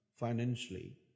financially